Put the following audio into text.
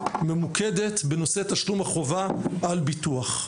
ממוקדת בנושא תשלום החובה על ביטוח.